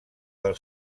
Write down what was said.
del